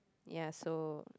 ya so